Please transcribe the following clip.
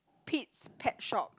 Pete's Pet Shop